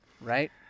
Right